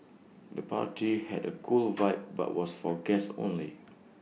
the party had A cool vibe but was for guests only